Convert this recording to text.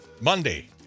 Monday